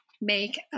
make